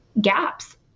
gaps